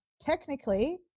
technically